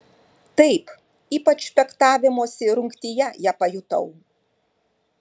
taip ypač fechtavimosi rungtyje ją pajutau